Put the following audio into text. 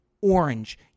orange